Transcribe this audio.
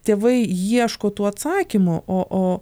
tėvai ieško tų atsakymų o o